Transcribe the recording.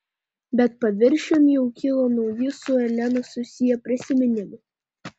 bet paviršiun jau kilo nauji su elena susiję prisiminimai